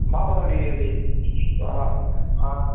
బాబు